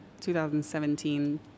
2017